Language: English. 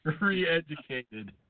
Re-educated